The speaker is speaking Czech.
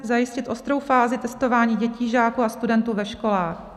Zajistit ostrou fázi testování dětí, žáků a studentů ve školách.